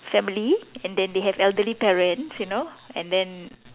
family and then they have elderly parents you know and then